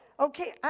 Okay